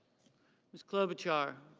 missed clover chart.